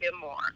more